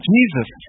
Jesus